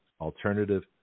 alternative